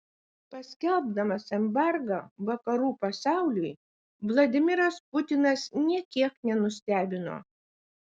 paskelbdamas embargą vakarų pasauliui vladimiras putinas nė kiek nenustebino